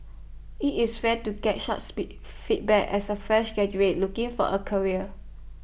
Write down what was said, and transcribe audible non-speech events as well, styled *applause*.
IT is rare to get *unintelligible* be feedback as A fresh graduate looking for A career